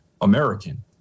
American